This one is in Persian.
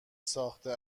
ساخته